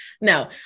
No